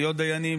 להיות דיינים,